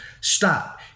stop